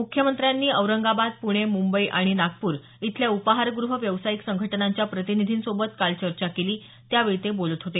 मुख्यमंत्र्यांनी औरंगाबाद पुणे मुंबई आणि नागपूर इथल्या उपाहारगृह व्यावसायिक संघटनांच्या प्रतिनिधींसोबत काल चर्चा केली त्यावेळी ते बोलत होते